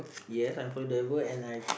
ya I heard the word and I